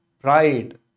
pride